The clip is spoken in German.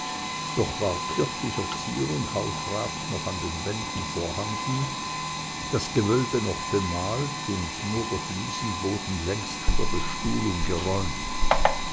doch war kirchlicher zier und hausrat noch an den wänden vorhanden das gewölbe noch bemalt und nur der fliesenboden längst von der bestuhlung geräumt